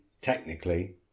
technically